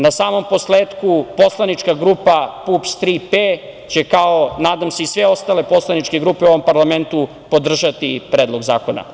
Na samom posletku, poslanička grupa PUPS - „Tri P“ će, nadam se, kao i sve ostale poslaničke grupe u ovom parlamentu, podržati Predlog zakona.